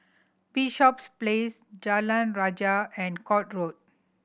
Bishops Place Jalan Rajah and Court Road